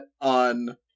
on